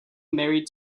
married